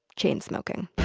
chain-smoking